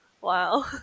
wow